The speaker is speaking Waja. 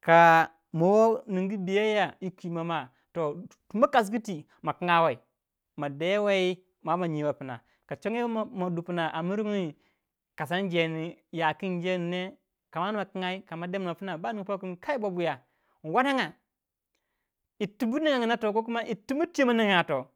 ka mowo ningu biyayya yi kwimama tu ma kasgu twi ma kungoi madewei bama nyiwoi pna, ka congoyou ma dupna a miringi kasangu jendi, ya kin jenine ka amna kingai kama demo pna ba ningo po kin kai babuya yorti maninganga to ko yir ti ma twiyo maninga toh.